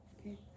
okay